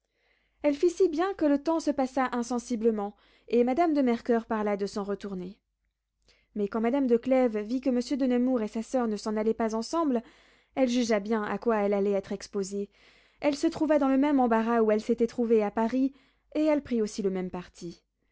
elle fit si bien que le temps se passa insensiblement et madame de mercoeur parla de s'en retourner mais quand madame de clèves vit que monsieur de nemours et sa soeur ne s'en allaient pas ensemble elle jugea bien à quoi elle allait être exposée elle se trouva dans le même embarras où elle s'était trouvée à paris et elle prit aussi le même parti